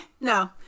no